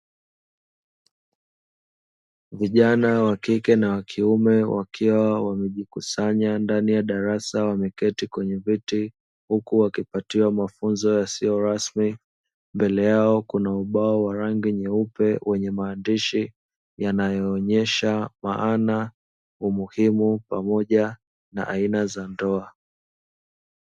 Vijana wa kike na wa kiume wakiwa wamejikusanya ndani ya darasa wameketi kwenye viti, huku wakipatiwa mafunzo yasiyo rasmi, mbele yao kuna ubao wa rangi nyeupe wenye maandishi yanayoonyesha maana umuhimu, pamoja na aina za ndoa.